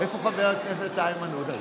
איפה חבר הכנסת איימן עודה?